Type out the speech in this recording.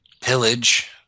Pillage